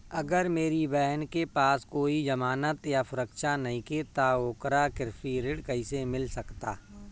अगर मेरी बहन के पास कोई जमानत या सुरक्षा नईखे त ओकरा कृषि ऋण कईसे मिल सकता?